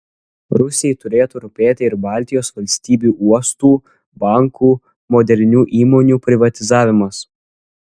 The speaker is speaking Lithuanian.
rusijai turėtų rūpėti ir baltijos valstybių uostų bankų modernių įmonių privatizavimas